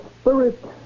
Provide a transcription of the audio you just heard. spirit